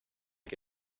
que